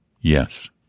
Yes